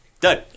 done